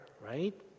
right